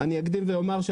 אני אקדים ואומר,